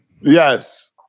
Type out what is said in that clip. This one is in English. Yes